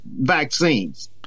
vaccines